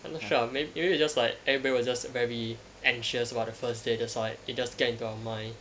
I'm not sure ah maybe maybe everybody was just like very anxious about the first day then it just gets into our mind